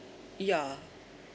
ya